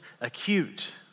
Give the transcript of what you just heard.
acute